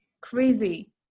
crazy